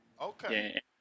Okay